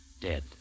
dead